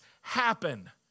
happen